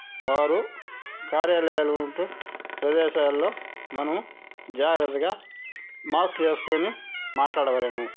వారు కార్యాలయాలు వంటి ప్రదేశాల్లో మనం జాగ్రత్తగా మాస్క్ వేసుకోని మాట్లాడవలెను